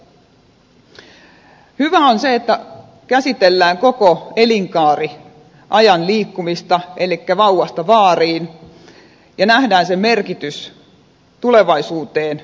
hyvää on se että käsitellään koko elinkaaren ajan liikkumista elikkä vauvasta vaariin ja nähdään sen merkitys pitkälle tulevaisuuteen